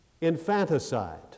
Infanticide